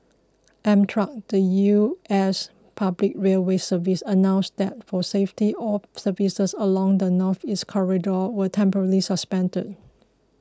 Amtrak the U S public railway service announced that for safety all services along the Northeast Corridor were temporarily suspended